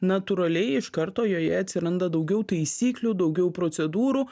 natūraliai iš karto joje atsiranda daugiau taisyklių daugiau procedūrų